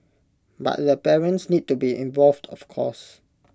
but the parents need to be involved of course